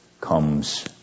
comes